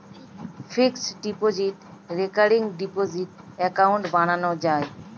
fixed deposit, recurring deposit account বানানো যায়